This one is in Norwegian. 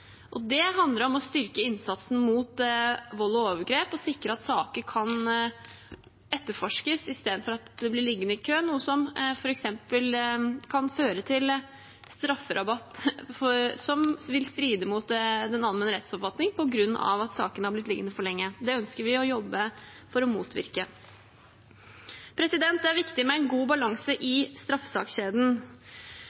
og det handler om å styrke innsatsen mot vold og overgrep og sikre at saker kan etterforskes i stedet for at de blir liggende i kø, noe som f.eks. kan føre til strafferabatt, som vil stride mot den allmenne rettsoppfatning på grunn av at sakene har blitt liggende for lenge. Det ønsker vi å jobbe for å motvirke. Det er viktig med en god balanse i